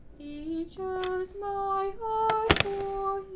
he chose my heart for